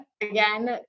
Again